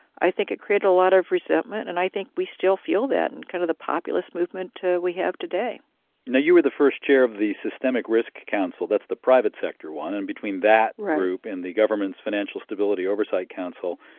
i think it created a lot of resentment and i think we still feel that in and kind of the populist movement we have today now you were the first chair of the systemic risk council that's the private-sector one and between that group and the government's financial stability oversight council,